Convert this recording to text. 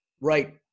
right